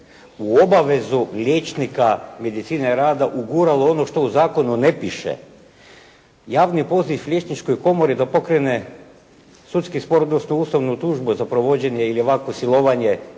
u obavezu liječnika medicine rada uguralo ono što u zakonu ne piše, javni poziv Liječničkoj komori da pokrene sudski spor, odnosno ustavnu tužbu za provođenje i ovakvo silovanje